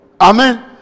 Amen